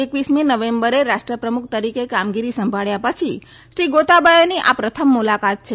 એકવીસમી નવેમ્બરે રાષ્ટ્ર પ્રમુખ તરીકે કામગીરી સંભાળ્યા પછી શ્રી ગોતાબાયાની આ પ્રથમ વિદેશ મુલાકાત છે